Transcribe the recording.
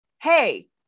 hey